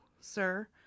sir